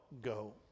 go